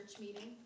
meeting